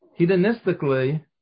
hedonistically